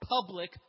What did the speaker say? public